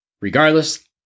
Regardless